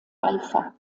alpha